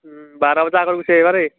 বাৰটা বজাৰ আগৰ গুচি আহিবা দেই